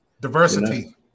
diversity